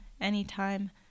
anytime